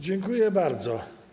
Dziękuję bardzo.